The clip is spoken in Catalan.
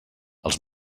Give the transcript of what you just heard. els